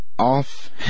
Off